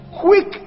quick